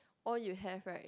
all you have right